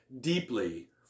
deeply